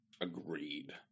Agreed